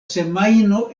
semajno